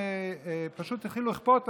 פשוט התחילו לכפות,